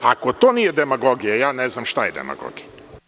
Ako to nije demagogija, ja ne znam šta je demagogija.